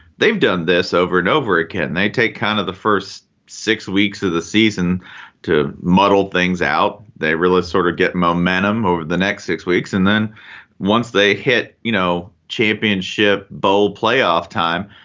they've done this over and over again they take kind of the first six weeks of the season to model things out. they really sort of get momentum over the next six weeks and then once they hit, you know, championship bowl playoff time.